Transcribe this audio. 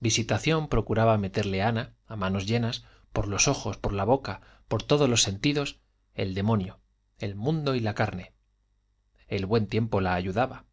visitación procuraba meterle a ana a manos llenas por los ojos por la boca por todos los sentidos el demonio el mundo y la carne el buen tiempo la ayudaba